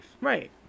Right